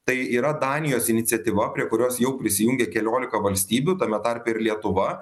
tai yra danijos iniciatyva prie kurios jau prisijungė keliolika valstybių tame tarpe ir lietuva